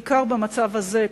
בעיקר במצב הזה,